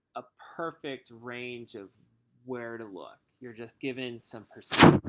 a perfect range of where to look. you're just given some percentile.